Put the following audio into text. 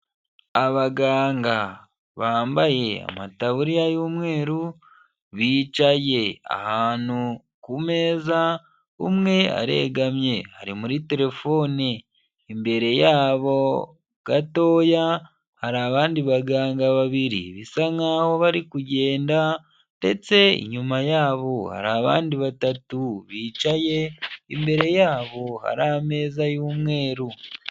Abaganga bambaye amataburiya y'umweru bicaye ahantu ku meza, umwe aregamye ari muri telefone imbere yabo gatoya hari abandi baganga babiri bisa nk'aho bari kugenda ndetse inyuma yabo hari abandi batatu bicaye, imbere yabo hari ameza y'umweru.